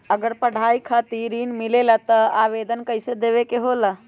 अगर पढ़ाई खातीर ऋण मिले ला त आवेदन कईसे देवे के होला?